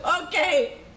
Okay